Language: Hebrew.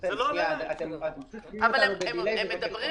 אני דורש